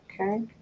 okay